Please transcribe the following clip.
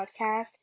podcast